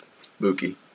Spooky